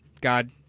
God